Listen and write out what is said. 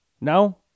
no